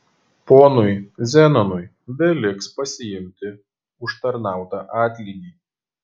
ponui zenonui beliks pasiimti užtarnautą atlygį